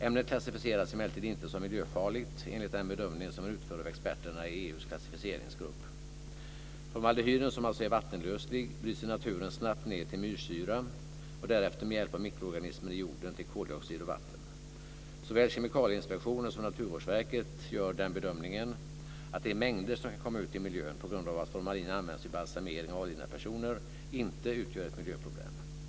Ämnet klassificeras emellertid inte som miljöfarligt enligt den bedömning som är utförd av experterna i EU:s klassificeringsgrupp. Formaldehyden, som är vattenlöslig, bryts i naturen snabbt ned till myrsyra och därefter med hjälp av mikroorganismer i jorden till koldioxid och vatten. Såväl Kemikalieinspektionen som Naturvårdsverket gör den bedömningen att de mängder som kommer ut i miljön på grund av att formalin används vid balsamering av avlidna personer inte utgör ett miljöproblem.